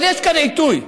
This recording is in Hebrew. אבל יש כאן עיתוי.